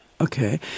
Okay